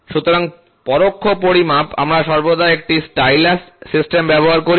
সুতরাং পরোক্ষ পরিমাপ আমরা সর্বদা একটি স্টাইলাস সিস্টেম ব্যবহার করি